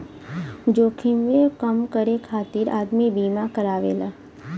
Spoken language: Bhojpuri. जोखिमवे कम करे खातिर आदमी बीमा करावेला